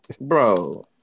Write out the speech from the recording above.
Bro